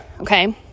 Okay